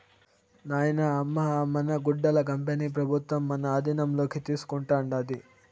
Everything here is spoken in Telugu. నాయనా, అమ్మ అ మన గుడ్డల కంపెనీ పెబుత్వం తన ఆధీనంలోకి తీసుకుంటాండాది